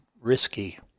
risky